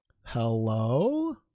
Hello